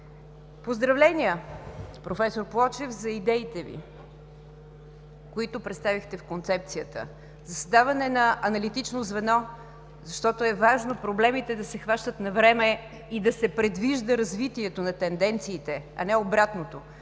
Поздравления, проф. Плочев, за идеите Ви, които представихте в концепцията за създаване на аналитично звено, защото е важно проблемите да се хващат навреме и да се предвижда развитието на тенденциите, а не обратното